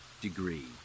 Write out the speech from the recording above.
degree